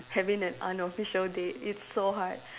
having an unofficial date it's so hard